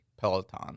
Peloton